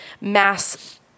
mass